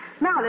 Now